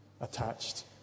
attached